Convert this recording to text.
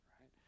right